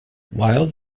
while